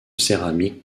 céramique